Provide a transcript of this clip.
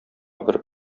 бер